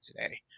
today